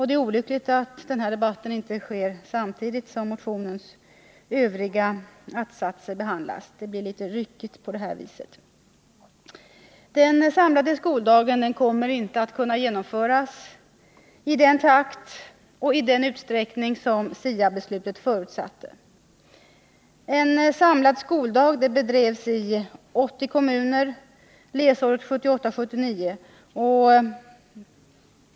Det är olyckligt att denna debatt inte sker samtidigt som motionens övriga att-satser behandlas. Det blir litet ryckigt på det här viset. Den samlade skoldagen kommer inte att kunna genomföras i den takt och i den utsträckning som SIA-beslutet förutsatte. En samlad skoldag bedrevs i 80 kommuner läsåret 1978/79.